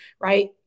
right